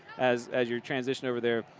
as as you transition over there,